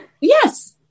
Yes